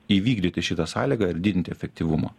įvykdyti šitą sąlygą ir didinti efektyvumą